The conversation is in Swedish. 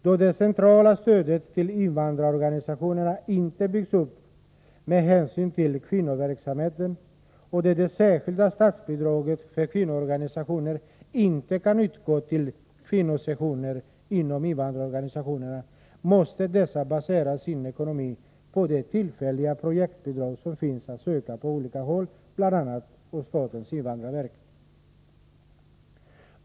Då det centrala stödet till invandrarorganisationerna inte byggs upp med hänsyn till kvinnoverksamheten och då det särskilda statsbidraget för kvinnoorganisationer inte kan utgå till kvinnosektioner inom invandrarorganisationerna måste dessa basera sin ekonomi på de tillfälliga projektbidrag som finns att söka på olika håll, bl.a. hos statens invandrarverk.